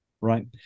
Right